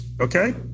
okay